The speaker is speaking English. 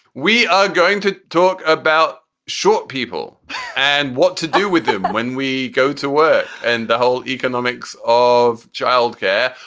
we are going to talk about short people and what to do with them when we go to work and the whole economics of childcare.